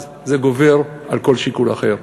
זה גובר על כל שיקול אחר.